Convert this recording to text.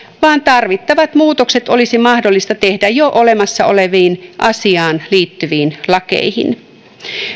vaan tarvittavat muutokset olisi mahdollista tehdä jo olemassa oleviin asiaan liittyviin lakeihin